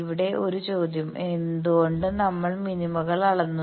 ഇവിടെ ഒരു ചോദ്യം എന്തുകൊണ്ട് നമ്മൾ മിനിമകൾ അളന്നു